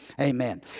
Amen